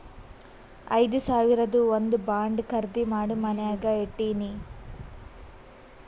ಐದು ಸಾವಿರದು ಒಂದ್ ಬಾಂಡ್ ಖರ್ದಿ ಮಾಡಿ ಮನ್ಯಾಗೆ ಇಟ್ಟಿನಿ